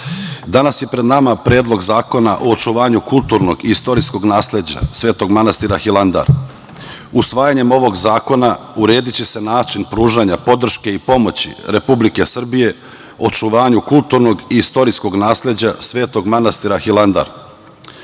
danas je pred nama Predlog zakona o očuvanju kulturnog i istorijskog nasleđa Svetog manastira Hilandar. Usvajanjem ovog zakona urediće se način pružanja podrške i pomoći Republike Srbije, očuvanju kulturnog i istorijskog nasleđa Svetog manastira Hilandar. Sveta